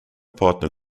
partner